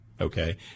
Okay